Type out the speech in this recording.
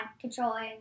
controlling